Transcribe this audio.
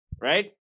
right